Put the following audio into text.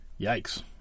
yikes